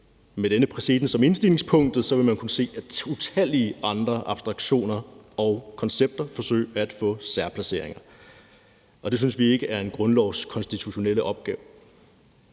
med denne præcedens som indstigningspunkt kunne se, at man forsøger at give utallige andre abstraktioner og koncepter særplaceringer. Det synes vi ikke er en grundlovskonstitutionel opgave.